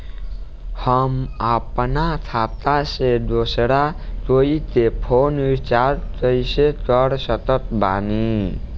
हम अपना खाता से दोसरा कोई के फोन रीचार्ज कइसे कर सकत बानी?